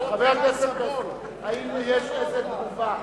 האם יש איזה תגובה?